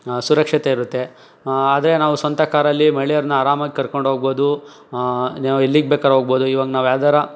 ಸುರಕ್ಷತೆ ಇರುತ್ತೆ ಆದರೆ ನಾವು ಸ್ವಂತ ಕಾರಲ್ಲಿ ಮಹಿಳೆಯರನ್ನ ಆರಾಮಾಗಿ ಕರ್ಕೊಂಡು ಹೋಗ್ಬೋದು ಎಲ್ಲಿಗೆ ಬೇಕಾರ ಹೋಗ್ಬೋದು ಈವಾಗ ನಾವು ಯಾವ್ದಾರ